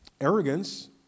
arrogance